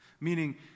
Meaning